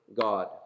God